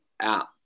out